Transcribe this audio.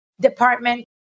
department